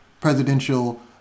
presidential